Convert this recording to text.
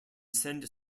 send